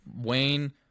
Wayne